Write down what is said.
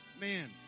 man